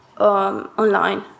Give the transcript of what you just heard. online